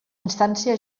instància